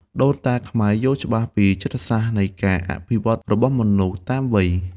ដូនតាខ្មែរយល់ច្បាស់ពីចិត្តសាស្ត្រនៃការអភិវឌ្ឍរបស់មនុស្សតាមវ័យ។